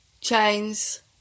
Chains